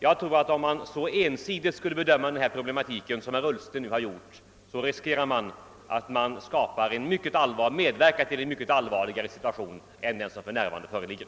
Jag tror att om man så ensidigt som herr Ullsten nu har gjort skulle försöka bedöma denna problematik, riskerar man att medverka till en mycket allvarligare situation än den som för närvarande föreligger.